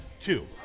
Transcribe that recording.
two